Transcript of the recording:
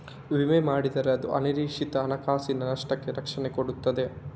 ವಿಮೆ ಮಾಡಿದ್ರೆ ಅದು ಅನಿರೀಕ್ಷಿತ ಹಣಕಾಸಿನ ನಷ್ಟಕ್ಕೆ ರಕ್ಷಣೆ ಕೊಡ್ತದೆ